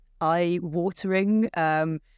eye-watering